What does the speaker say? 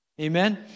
amen